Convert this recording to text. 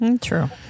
True